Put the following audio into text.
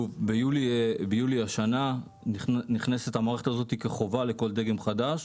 ביולי השנה, נכנסת המערכת הזאת כחובה לכל דגם חדש,